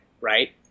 right